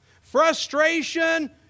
frustration